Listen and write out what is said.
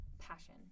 passion